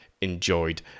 enjoyed